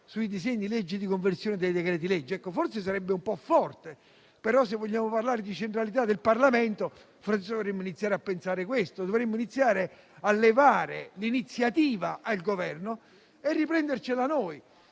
sui disegni di legge di conversione dei decreti-legge. Forse sarebbe un po' forte, però, se vogliamo parlare di centralità del Parlamento, dovremmo iniziare a pensare a questo e dovremmo cominciare a togliere l'iniziativa al Governo per riprendercela noi.